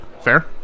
Fair